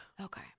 okay